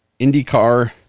IndyCar